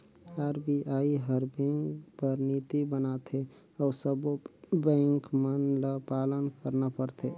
RBI हर bank बर नीति बनाथे अउ सब्बों बेंक मन ल पालन करना परथे